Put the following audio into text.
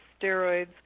steroids